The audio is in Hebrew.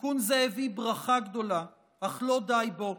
תיקון זה הביא ברכה גדולה, אך לא די בו,